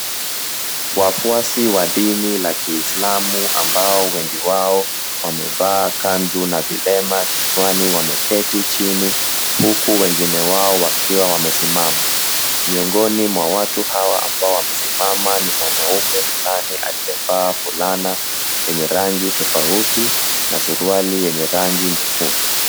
Wafuasi wa dini la kiislamu ambao wengi wao wamevaa kanzu na vilema kichwani wameketi chini huku wengine wao wakiwa wamesimama. Miongoni mwa watu hawa ambao wamesimama ni mwanaume fulani aliyevaa fulana yenye rangi tofauti na suruali yenye rangi nyekundu.